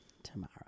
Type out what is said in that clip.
Tomorrow